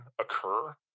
occur